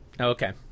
Okay